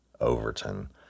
Overton